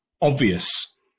obvious